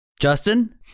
Justin